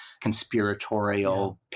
conspiratorial